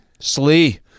Slee